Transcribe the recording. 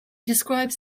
describes